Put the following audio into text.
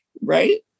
right